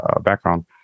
background